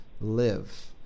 live